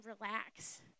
relax